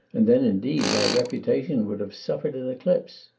and then indeed my reputation would have suffered an eclipse.